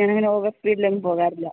ഞാൻ ഓവർസ്പീഡിൽ എങ്ങും പോവാറില്ല